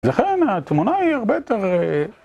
לכן התמונה היא הרבה יותר...